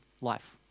life